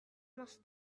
must